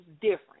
different